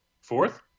fourth